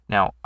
Now